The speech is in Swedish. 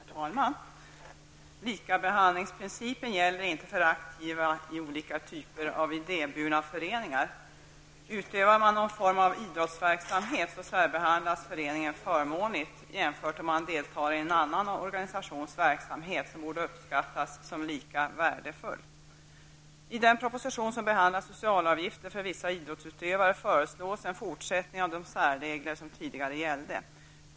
Herr talman! Likabehandlingsprincipen gäller inte för aktiva i olika typer av idéburna föreningar. Utövar man någon form av idrottsverksamhet särbehandlas föreningen förmånligt jämfört med om man deltar i en annan organisations verksamhet, vilken borde uppskattas som lika värdefull. I den proposition som behandlar socialavgifter för vissa idrottsutövare föreslås att de särregler som tidigare gällde skall gälla även i fortsättningen.